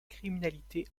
criminalité